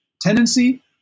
tendency